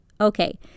Okay